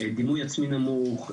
דימוי עצי נמוך,